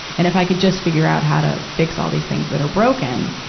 and if i could just figure out how to fix all these things that are broken.